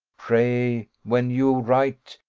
pray, when you write,